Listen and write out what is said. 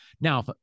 Now